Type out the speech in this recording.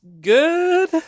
good